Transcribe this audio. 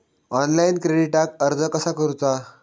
Online क्रेडिटाक अर्ज कसा करुचा?